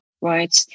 right